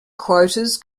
quotas